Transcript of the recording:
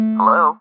Hello